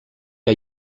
que